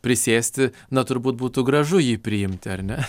prisėsti na turbūt būtų gražu jį priimti ar ne